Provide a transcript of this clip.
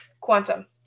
Quantum